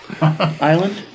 Island